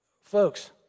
Folks